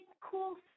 cool